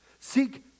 Seek